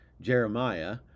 Jeremiah